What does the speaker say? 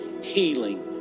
healing